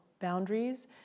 boundaries